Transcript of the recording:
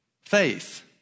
Faith